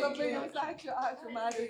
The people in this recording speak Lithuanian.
labai jums ačiū ačiū mariui